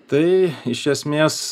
tai iš esmės